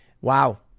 Wow